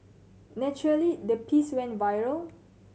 naturally the piece went viral